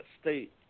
State